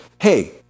hey